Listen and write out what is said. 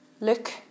look